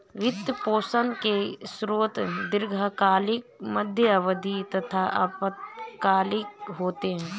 वित्त पोषण के स्रोत दीर्घकालिक, मध्य अवधी तथा अल्पकालिक होते हैं